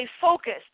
focused